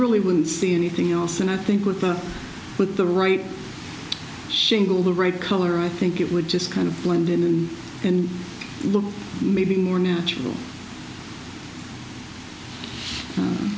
really wouldn't see anything else and i think with the right shingle the right color i think it would just kind of blend in and look maybe more natural